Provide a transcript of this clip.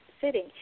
sitting